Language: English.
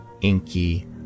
inky